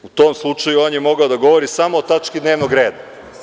U tom slučaju on je mogao da govori samo o tački dnevnog reda.